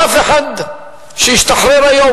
אף אחד שהשתחרר היום,